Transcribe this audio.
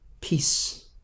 Peace